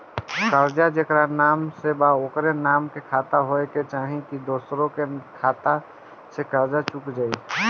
कर्जा जेकरा नाम से बा ओकरे नाम के खाता होए के चाही की दोस्रो आदमी के खाता से कर्जा चुक जाइ?